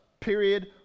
Period